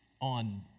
on